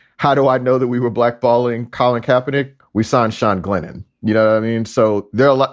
how do i know that we were black balling colin kaepernick? we saw on sean glennon, you know, i mean, so there like